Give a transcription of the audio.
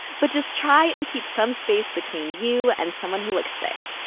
but just try and keep some space between you and someone who looks sick.